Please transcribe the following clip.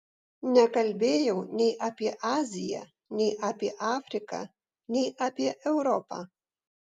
nekalbėjau nei apie aziją nei apie afriką nei apie europą